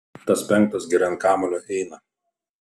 tas penktas gerai ant kamuolio eina